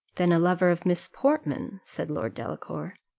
then a lover of miss portman? said lord delacour.